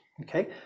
Okay